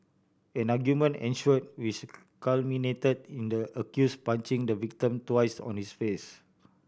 an argument ensued which culminated in the accused punching the victim twice on his face